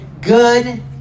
good